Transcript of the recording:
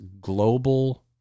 global